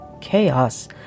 chaos